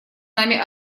нами